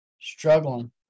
Struggling